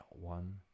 one